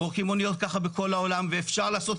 פורקים אוניות ככה בכל העולם ואפשר לעשות